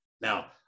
Now